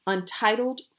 Untitled